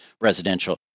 residential